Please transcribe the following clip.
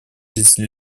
жизнь